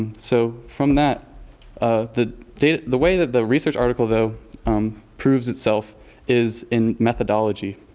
so, from that ah the data the way that the research article though proves itself is in methodology.